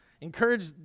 encourage